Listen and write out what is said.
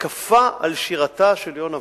מתקפה על שירתה של יונה וולך,